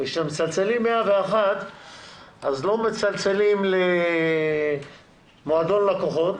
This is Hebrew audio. וכשמצלצלים 101 אז לא מצלצלים למועדון לקוחות